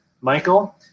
Michael